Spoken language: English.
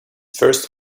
first